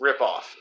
ripoff